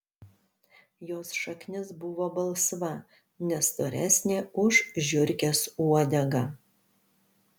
jos šaknis buvo balsva ne storesnė už žiurkės uodegą